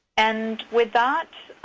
and with that,